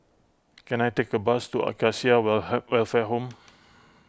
can I take a bus to Acacia will her Welfare Home